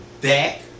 back